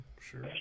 sure